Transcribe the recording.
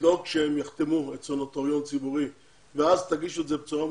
לדאוג שהם יחתמו אצל נוטריון ציבורי ואז תגישו את זה בצורה מרוכזת?